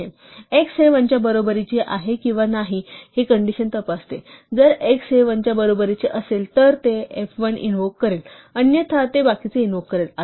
x हे 1 च्या बरोबरीची आहे किंवा नाही ही कंडिशन तपासते जर x हे 1 च्या बरोबरीचे असेल तर ते f1 इनवोक करेल अन्यथा ते बाकीचे इनवोक करेल